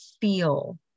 feel